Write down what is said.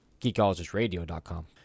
Geekologistradio.com